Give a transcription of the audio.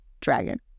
dragon